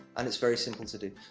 and it's very simple to do.